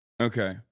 Okay